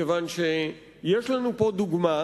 מכיוון שיש לנו פה דוגמה,